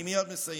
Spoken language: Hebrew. אני מייד מסיים.